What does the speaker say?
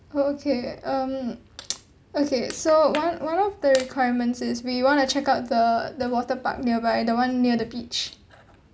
okay um okay so one one of the requirements is we want to check out the the water park nearby the one near the beach